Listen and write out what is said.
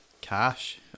cash